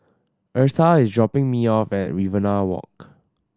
Eartha is dropping me off at Riverina Walk